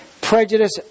prejudice